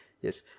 yes